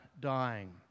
dying